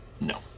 no